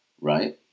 right